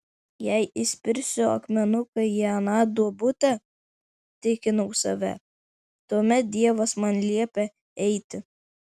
jei įspirsiu akmenuką į aną duobutę tikinau save tuomet dievas man liepia eiti